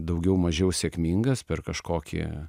daugiau mažiau sėkmingas per kažkokį